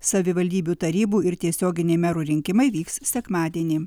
savivaldybių tarybų ir tiesioginiai merų rinkimai vyks sekmadienį